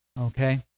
Okay